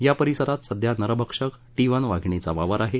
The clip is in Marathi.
या परिसरात सध्या नरभक्षक टी वन वाघिणीचा वावर आहे